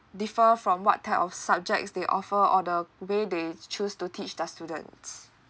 differ from what type of subjects they offer or the way they choose to teach the students